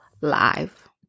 live